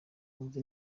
wumve